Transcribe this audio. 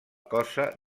cosa